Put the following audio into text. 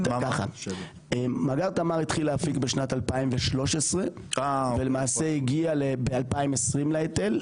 מאגר תמר התחיל להפיק בשנת 2013 ולמעשה הגיע ב-2020 להיטל.